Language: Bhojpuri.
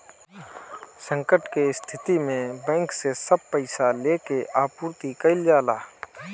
संकट के स्थिति में बैंक से सब पईसा लेके आपूर्ति कईल जाला